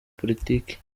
politiki